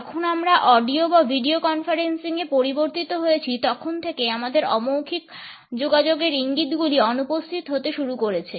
যখন আমরা অডিও বা ভিডিও কনফারেন্সিং এ পরিবর্তিত হয়েছি তখন থেকে আমাদের অমৌখিক যোগাযোগের ইঙ্গিত গুলি অনুপস্থিত হতে শুরু করেছে